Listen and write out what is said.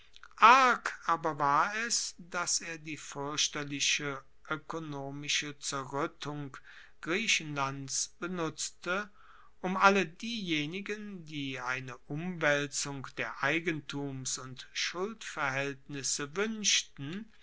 aber war es dass er die fuerchterliche oekonomische zerruettung griechenlands benutzte um alle diejenigen die eine umwaelzung der eigentums und schuldverhaeltnisse wuenschten